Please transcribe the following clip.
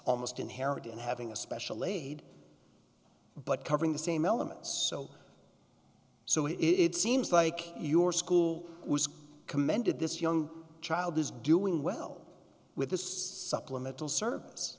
almost inherent in having a special aide but covering the same elements so so it it seems like your school was commended this young child is doing well with this supplemental service